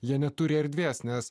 jie neturi erdvės nes